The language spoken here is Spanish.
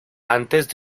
antes